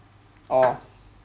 oh